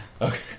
okay